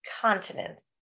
continents